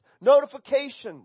Notifications